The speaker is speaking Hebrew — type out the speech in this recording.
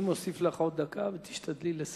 אני מוסיף לך עוד דקה, ותשתדלי לסיים.